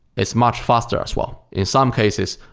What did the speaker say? it's much faster as well. in some cases,